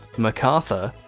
macarthur,